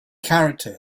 character